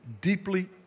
deeply